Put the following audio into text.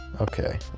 okay